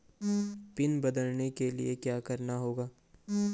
Pin बदलने के लिए क्या करना होगा?